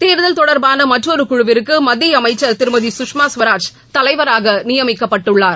தேர்தல் தொடர்பான மற்றொரு குழுவிற்கு மத்திய அமைச்சர் திருமதி கஷ்மா கவராஜ் தலைவராக நியமிக்கப்பட்டுள்ளார்